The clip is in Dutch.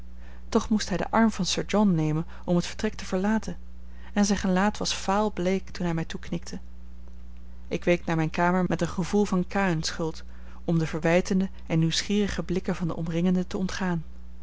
toch moest hij den arm van sir john nemen om het vertrek te verlaten en zijn gelaat was vaalbleek toen hij mij toeknikte ik week naar mijne kamer met een gevoel van kaïnschuld om de verwijtende en nieuwsgierige blikken van de omringenden te ontgaan